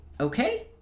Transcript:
Okay